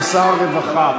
לשר הרווחה,